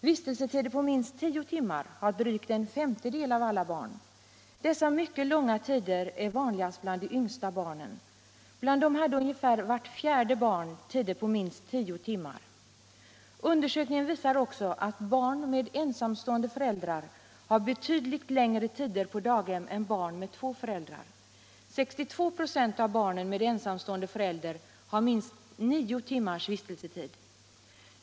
Vistelsetider på minst tio timmar har drygt en femtedel av alla barn. Dessa mycket långa vistelsetider är vanligast bland de yngsta barnen. Bland dem hade ungefär vart fjärde barn tider på minst tio timmar. Undersökningen visar också att barn med ensamstående föräldrar har betydligt längre tider på daghem än barn med två föräldrar. 62 96 av barnen med ensamstående förälder har minst nio timmars vistelsetid.